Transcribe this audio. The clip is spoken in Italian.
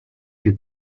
più